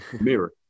mirror